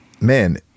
man